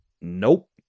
nope